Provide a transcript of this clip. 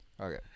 Okay